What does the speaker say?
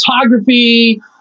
photography